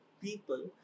people